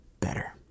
better